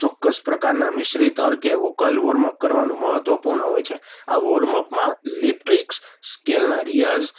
ચોક્કસ પ્રકારના મિસરી તર્કે વોકલ વોર્મઅપ કરવાનું મહત્વપૂર્ણ હોય છે આ વોર્મઅપમાં લિપ ટ્રિક્સ સ્કેલના રિયાઝ